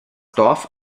dorf